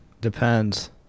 Depends